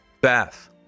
bath